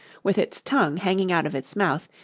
with its tongue hanging out of its mouth,